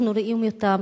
אנחנו רואים אותם.